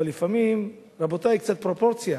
אבל לפעמים, רבותי, קצת פרופורציה.